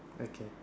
okay